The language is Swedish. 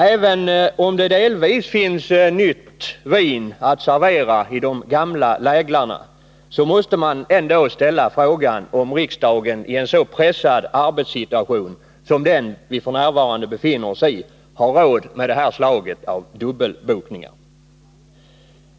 Även om det delvis finns nytt vin att servera i de gamla läglarna, måste man ändå ställa frågan om riksdagen i en så pressad arbetssituation som den vi f. n. befinner oss i har råd med det här slaget av dubbelbokningar.